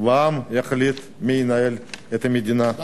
והעם יחליט מי ינהל את המדינה.